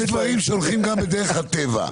יש דברים שהולכים גם בדרך הטבע.